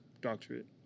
doctorate